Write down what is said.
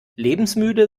lebensmüde